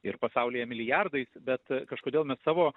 ir pasaulyje milijardais bet kažkodėl mes savo